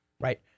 right